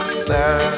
sir